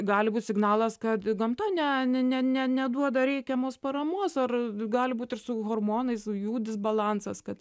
gali būti signalas kad gamta ne ne ne neduoda reikiamos paramos ar gali būti ir su hormonais jų disbalansas kad